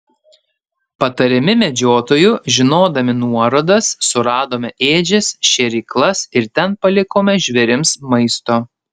patariami medžiotojų žinodami nuorodas suradome ėdžias šėryklas ir ten palikome žvėrims maisto